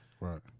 right